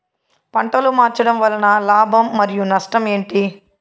పంటలు మార్చడం వలన లాభం మరియు నష్టం ఏంటి